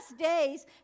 days